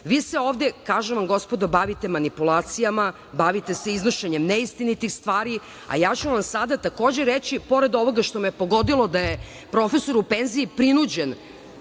se ovde, kažem vam, gospodo, bavite manipulacijama, bavite se iznošenjem neistinitih stvari, a ja ću vam sada takođe reći, pored ovoga što me je pogodilo, da je profesor u penziji prinuđen